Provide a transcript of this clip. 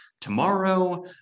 tomorrow